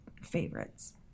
favorites